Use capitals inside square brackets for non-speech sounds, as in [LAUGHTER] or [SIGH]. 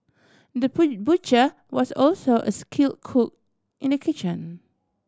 the [UNINTELLIGIBLE] butcher was also a skill cook in the kitchen